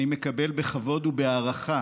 אני מקבל בכבוד ובהערכה